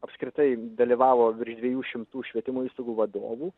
apskritai dalyvavo virš dviejų šimtų švietimo įstaigų vadovų